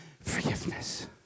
Forgiveness